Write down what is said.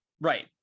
Right